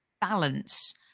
balance